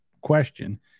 question